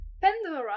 Pandora